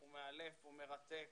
הוא מאלף והוא מרתק.